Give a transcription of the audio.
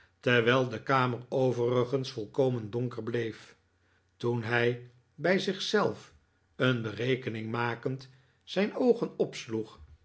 terwijl de kamer overigens volkomen donker bleef toen hij bij zich zelf een berekening makend zijn oogen opsloeg